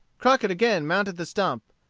crockett again mounted the stump,